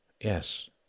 Yes